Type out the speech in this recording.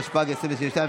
התשפ"ג 2022,